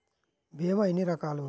భీమ ఎన్ని రకాలు?